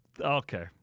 Okay